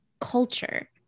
culture